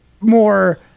more